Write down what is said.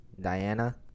Diana